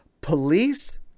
Police